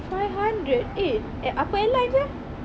five hundred eh apa airline ah